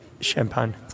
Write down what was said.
champagne